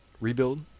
rebuild